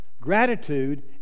Gratitude